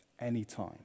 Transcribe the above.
anytime